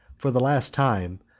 for the last time,